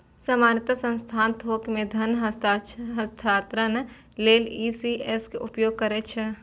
सामान्यतः संस्थान थोक मे धन हस्तांतरण लेल ई.सी.एस के उपयोग करै छै